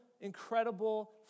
incredible